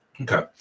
Okay